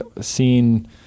seen